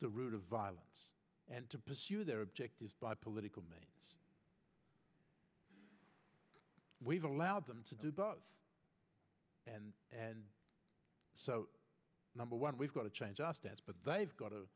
the route of violence and to pursue their objectives by political means we've allowed them to do both and so number one we've got to change our steps but they've got to